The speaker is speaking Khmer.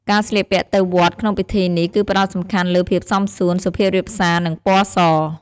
ការស្លៀកពាក់ទៅវត្តក្នុងពិធីនេះ គឺផ្តោតសំខាន់លើភាពសមសួន សុភាពរាបសារ និងពណ៌ស។